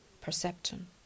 Perception